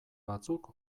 batzuk